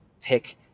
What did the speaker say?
pick